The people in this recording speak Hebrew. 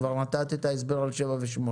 כבר נתת את ההסבר על 7 ו-8.